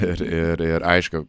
ir ir ir aišku